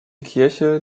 kirche